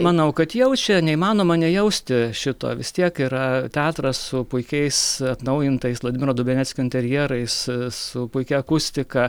manau kad jaučia neįmanoma nejausti šito vis tiek yra teatras su puikiais atnaujintais vladimiro dubeneckio interjerais su puikia akustika